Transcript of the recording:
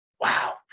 wow